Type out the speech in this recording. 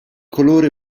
colore